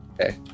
Okay